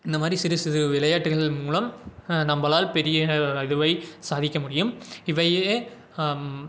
இந்த மாதிரி சிறு சிறு விளையாட்டுகள் மூலம் நம்மளால் பெரிய இதுவை சாதிக்கமுடியும் இவையே